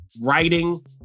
writing